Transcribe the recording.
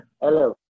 Hello